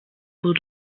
bull